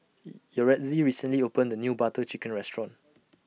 Yaretzi recently opened A New Butter Chicken Restaurant